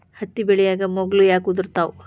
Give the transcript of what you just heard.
ಹತ್ತಿ ಬೆಳಿಯಾಗ ಮೊಗ್ಗು ಯಾಕ್ ಉದುರುತಾವ್?